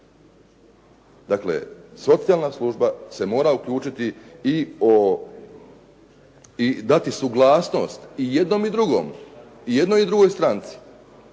Dakle, socijalna služba se mora uključiti i dati suglasnost i jednom i drugom, i jednom i drugoj stranci.